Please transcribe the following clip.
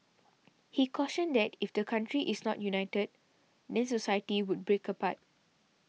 he cautioned that if the country is not united then society would break apart